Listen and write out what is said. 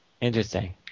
Interesting